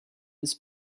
his